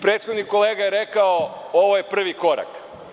Prethodni kolega je rekao – ovo je prvi korak.